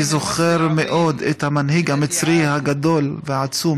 אני זוכר היטב את המנהיג המצרי הגדול והעצום.